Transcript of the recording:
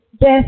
death